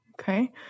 Okay